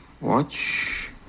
watch